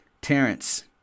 Terrence